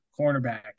cornerback